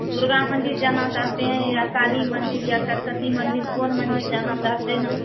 दुर्गा मन्दिर जाना चाहते हैं या काली मन्दिर या सरस्वती मन्दिर कौन मन्दिर जाना चाहते हैं